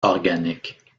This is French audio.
organique